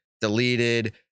deleted